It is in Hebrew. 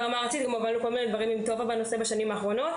ברמה הארצית הובלנו גם עם טובה דברים שונים בשנים האחרונות.